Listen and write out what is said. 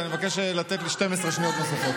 אני מבקש לתת לי 12 שניות נוספות.